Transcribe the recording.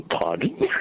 Pardon